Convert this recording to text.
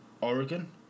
Oregon